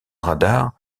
radar